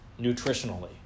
nutritionally